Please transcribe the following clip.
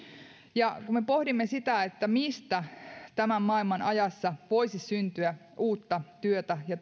ja kun me pohdimme sitä mistä tämän maailman ajassa voisi syntyä uutta työtä ja